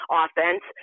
offense